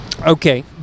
okay